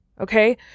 Okay